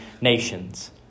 nations